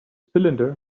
cylinder